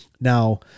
Now